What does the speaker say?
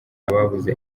ababuze